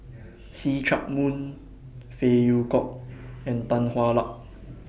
See Chak Mun Phey Yew Kok and Tan Hwa Luck